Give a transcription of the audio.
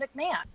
McMahon